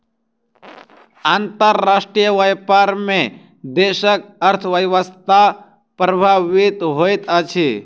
अंतर्राष्ट्रीय व्यापार में देशक अर्थव्यवस्था प्रभावित होइत अछि